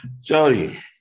jody